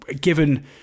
given